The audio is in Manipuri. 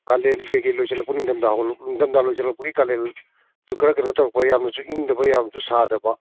ꯀꯥꯂꯦꯟ ꯀꯩꯀꯩ ꯂꯣꯏꯁꯤꯜꯂꯛꯄ ꯅꯤꯡꯊꯝꯊꯥ ꯍꯧꯒꯠꯂꯛ ꯅꯤꯝꯊꯝꯊꯥ ꯂꯣꯏꯁꯤꯜꯂꯛꯄꯒꯤ ꯀꯥꯂꯦꯟꯁꯨ ꯈꯔ ꯀꯩꯅꯣ ꯇꯧꯔꯛꯄ ꯌꯥꯝꯅꯁꯨ ꯏꯪꯗꯕ ꯌꯥꯝꯁꯨ ꯁꯥꯗꯕ